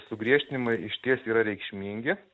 sugriežtinimai išties yra reikšmingi